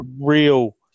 real